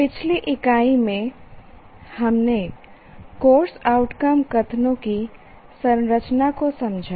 पिछली इकाई में हमने कोर्स आउटकम कथनों की संरचना को समझा